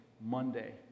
Monday